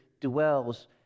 dwells